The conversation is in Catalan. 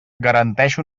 garanteix